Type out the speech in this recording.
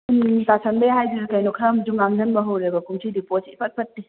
ꯇꯤꯟ ꯇꯥꯁꯟꯕꯩ ꯍꯥꯏꯗꯣꯏꯔꯥ ꯀꯩꯅꯣ ꯈꯔ ꯑꯝꯁꯨ ꯉꯥꯡꯖꯟꯕ ꯍꯧꯔꯦꯕ ꯀꯨꯝꯁꯤꯗꯤ ꯄꯣꯠꯁꯤ ꯏꯐꯠ ꯐꯠꯇꯦ